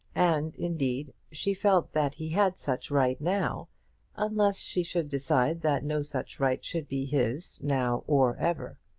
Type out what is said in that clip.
and indeed, she felt that he had such right now unless she should decide that no such right should be his, now or ever.